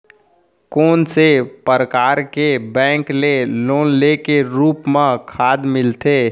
कोन से परकार के बैंक ले लोन के रूप मा खाद मिलथे?